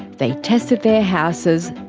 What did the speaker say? they tested their houses,